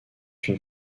une